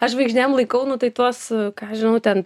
aš žvaigždėm laikau nu tai tuos ką aš žinau ten